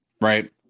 right